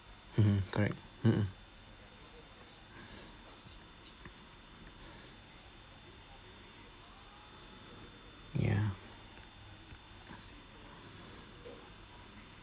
correct ya